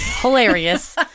Hilarious